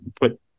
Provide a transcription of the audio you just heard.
put